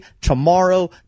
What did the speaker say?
tomorrow